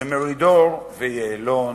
זה מרידור ויעלון,